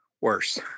worse